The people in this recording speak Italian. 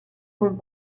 con